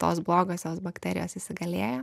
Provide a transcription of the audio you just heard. tos blogosios bakterijos įsigalėję